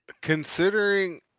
Considering